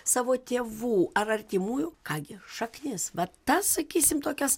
savo tėvų ar artimųjų ką gi šaknis vat tas sakysim tokias